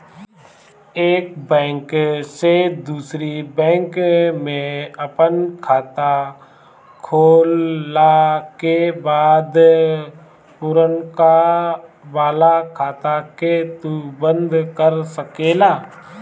एक बैंक से दूसरी बैंक में आपन खाता खोलला के बाद पुरनका वाला खाता के तू बंद कर सकेला